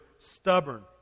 stubborn